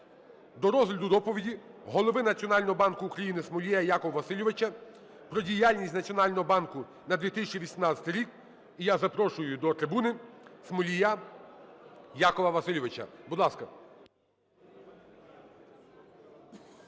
до розгляду доповіді Голови Національного банку України Смолія Якова Васильовича про діяльність Національного банку на 2018 рік. І я запрошую до трибуни Смолія Якова Васильовича. Будь ласка.